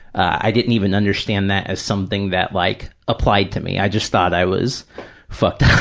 i didn't even understand that as something that like applied to me. i just thought i was fucked up,